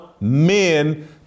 men